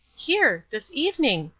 here! this evening!